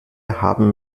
haben